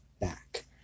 back